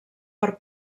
per